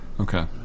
Okay